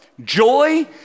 joy